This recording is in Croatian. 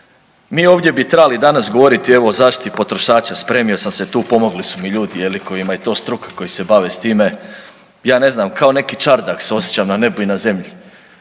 Mi ovdje bi trebali danas govoriti evo, o zaštiti potrošača, spremio sam se tu, pomogli su mi ljudi, je li, kojima je to struka, koji se bave s time, ja ne znam, kao neki čardak se osjećam, na nebu i na zemlji.